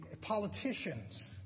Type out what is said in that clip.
politicians